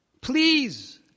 please